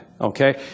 Okay